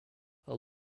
are